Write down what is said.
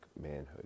manhood